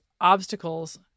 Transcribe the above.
obstacles